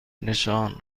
نشان